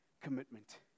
commitment